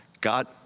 God